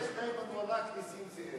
ליש דאימן וראאכ נסים זאב?